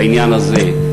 בעניין הזה,